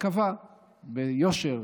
וקבע ביושר